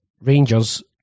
Rangers